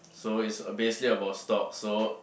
so it's uh basically about stock so